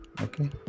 Okay